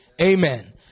Amen